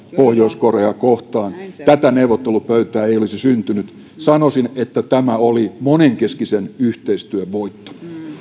pohjois koreaa kohtaan tätä neuvottelupöytää ei olisi syntynyt sanoisin että tämä oli monenkeskisen yhteistyön voitto